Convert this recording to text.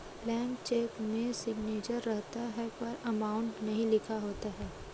blank cheque में signature रहता है पर अमाउंट नहीं लिखा होता है